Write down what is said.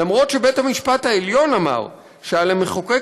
אף שבית-המשפט העליון אמר שעל המחוקק